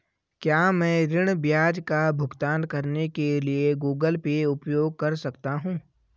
क्या मैं ऋण ब्याज का भुगतान करने के लिए गूगल पे उपयोग कर सकता हूं?